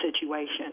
situation